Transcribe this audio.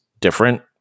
different